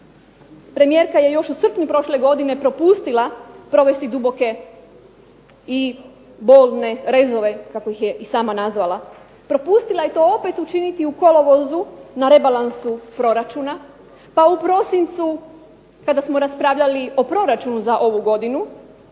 premijerka je još u srpnju prošle godine propustila provesti duboke i bolne rezove kako ih je sama nazvala. Propustila je to opet učiniti u kolovozu na rebalansu proračuna, pa u prosincu kada smo raspravljali o proračunu za ovu godinu